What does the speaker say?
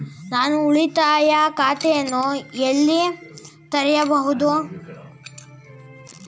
ನಾನು ಉಳಿತಾಯ ಖಾತೆಯನ್ನು ಎಲ್ಲಿ ತೆರೆಯಬಹುದು?